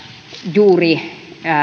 juuri